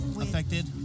affected